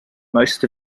most